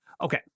Okay